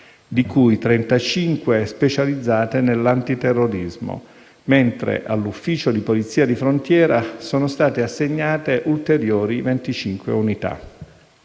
di cui 35 specializzate nell'antiterrorismo, mentre all'Ufficio di polizia di frontiera sono state assegnate ulteriori 25 unità.